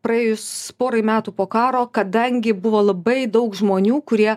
praėjus porai metų po karo kadangi buvo labai daug žmonių kurie